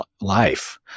life